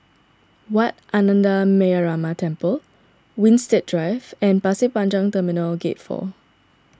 Wat Ananda Metyarama Temple Winstedt Drive and Pasir Panjang Terminal Gate four